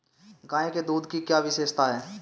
गाय के दूध की क्या विशेषता है?